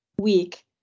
week